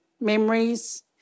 memories